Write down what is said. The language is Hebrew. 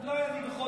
לא.